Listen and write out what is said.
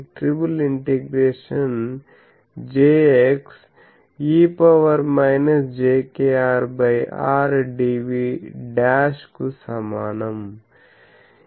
Ax μ4π ∭Jx e jkr r dv' కు సమానము